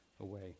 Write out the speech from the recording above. Away